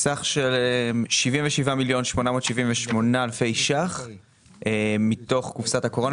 סך של 77 מיליון 878 אלפי ₪ מתוך קופסת הקורונה,